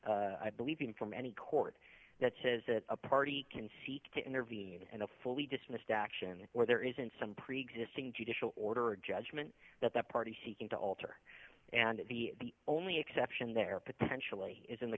i believe in from any court that says that a party can seek to intervene and a fully dismissed action where there isn't some preexisting judicial order or judgement that the party seeking to alter and that the only exception there potentially is in the